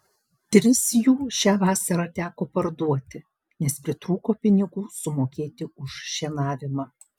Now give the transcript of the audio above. tris jų šią vasarą teko parduoti nes pritrūko pinigų sumokėti už šienavimą